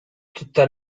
tutta